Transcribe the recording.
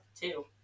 two